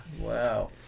Wow